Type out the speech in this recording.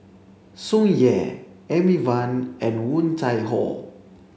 Tsung Yeh Amy Van and Woon Tai Ho